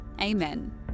Amen